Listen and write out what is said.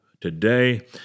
today